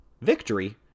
Victory